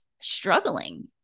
struggling